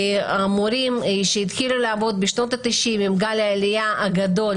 כשהמורים שהתחילו לעבוד בשנות ה-90 עם גל העלייה הגדול,